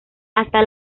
hasta